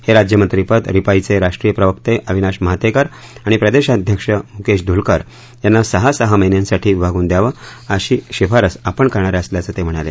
हे राज्यमंत्रीपद रिपाईचे राष्ट्रीय प्रवक्ते अविनाश महातेकर आणि प्रदेशाध्यक्ष मुकेश धुलकर यांना सहा सहा महिन्यांसाठी विभागून द्यावं अशी शिफारस आपण करणार असल्याचंही ते म्हणाले